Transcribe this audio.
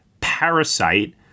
Parasite